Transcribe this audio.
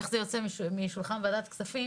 איך זה יוצא משולחן ועדת הכספים